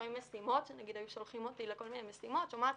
לפעמים משימות שנגיד היו שולחים אותי לכל מיני משימות 'את שומעת,